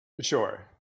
sure